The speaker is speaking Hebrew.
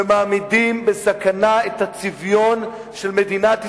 ומעמידים בסכנה את הצביון של מדינת ישראל.